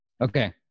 Okay